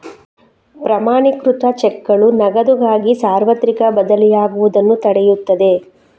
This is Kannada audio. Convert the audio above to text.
ಪ್ರಮಾಣೀಕೃತ ಚೆಕ್ಗಳು ನಗದುಗಾಗಿ ಸಾರ್ವತ್ರಿಕ ಬದಲಿಯಾಗುವುದನ್ನು ತಡೆಯುತ್ತದೆ